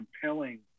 compelling